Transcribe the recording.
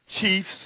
chiefs